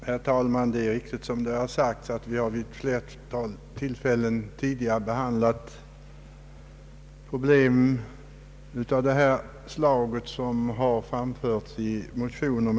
Herr talman! Det är riktigt som det sagts att riksdagen vid ett flertal tidigare tillfällen behandlat frågor av samma slag som framförts i dessa motioner.